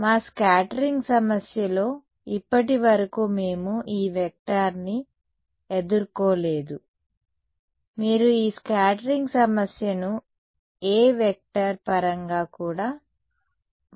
మా స్కాటరింగ్ సమస్యలో ఇప్పటివరకు మేము ఈ వెక్టార్ని ఎదుర్కోలేదు మీరు ఈ స్కాటరింగ్ సమస్యను A వెక్టర్ పరంగా కూడా రూపొందించవచ్చు